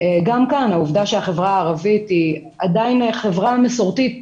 גם כאן העובדה שהחברה הערבית היא עדיין חברה מסורתית